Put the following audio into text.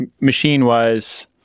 machine-wise